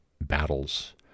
battles